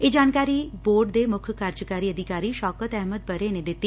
ਇਹ ਜਾਣਕਾਰੀ ਬੋਰਡ ਦੇ ਮੁੱਖ ਕਾਰਜਕਾਰੀ ਅਧਿਕਾਰੀ ਸ਼ੌਕਤ ਅਹਿਮਦ ਪਰੇ ਨੇ ਦਿੱਤੀ